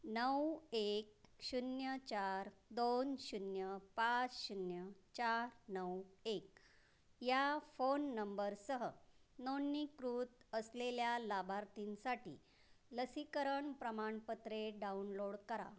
नऊ एक शून्य चार दोन शून्य पाच शून्य चार नऊ एक या फोन नंबरसह नोंदणीकृत असलेल्या लाभार्थींसाठी लसीकरण प्रमाणपत्रे डाउनलोड करा